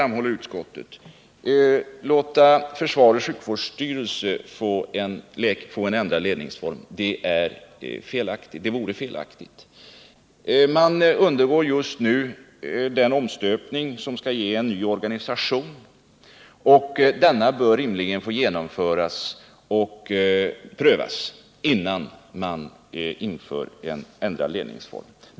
Men att nu låta försvarets sjukvårdsstyrelse få en ändrad ledningsform vore felaktigt, framhåller utskottet. Just nu pågår den omstöpning som skall ge en ny organisation, och denna bör rimligen få genomföras och prövas innan man inför en ändrad ledningsform.